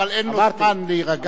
אבל אין לו זמן להירגע,